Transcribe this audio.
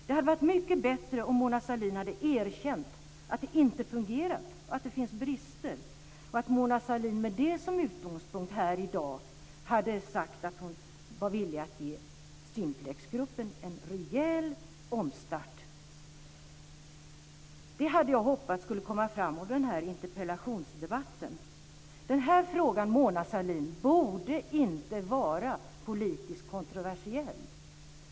Det hade varit mycket bättre om Mona Sahlin hade erkänt att det inte fungerat och att det finns brister och att Mona Sahlin med det som utgångspunkt här i dag hade sagt att hon var villig att ge Simplexgruppen en rejäl omstart. Det hade jag hoppats skulle komma fram i den här interpellationsdebatten. Den här frågan, Mona Sahlin, borde inte vara politiskt kontroversiell.